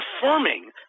confirming